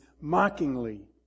mockingly